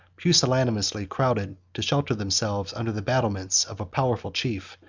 pusillanimously crowded to shelter themselves under the battlements of a powerful chief,